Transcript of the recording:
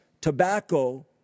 tobacco